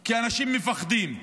כי אנשים מפחדים,